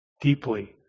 deeply